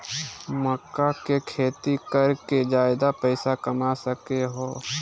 मक्का के खेती कर के ज्यादा पैसा कमा सको हो